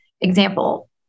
example